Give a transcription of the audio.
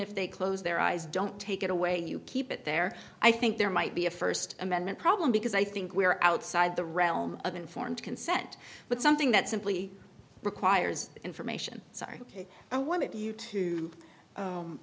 if they close their eyes don't take it away you keep it there i think there might be a first amendment problem because i think we're outside the realm of informed consent but something that simply requires information sorry i want